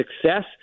success